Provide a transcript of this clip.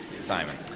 Simon